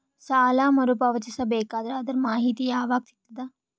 ಸಾಲ ಮರು ಪಾವತಿಸಬೇಕಾದರ ಅದರ್ ಮಾಹಿತಿ ಯವಾಗ ಸಿಗತದ?